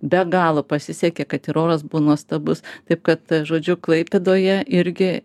be galo pasisekė kad ir oras buvo nuostabus taip kad žodžiu klaipėdoje irgi